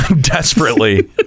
Desperately